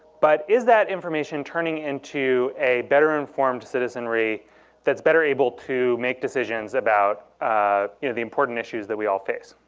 but is that information turning into a better informed citizenry that's better able to make decisions about ah you know the important issues that we all face?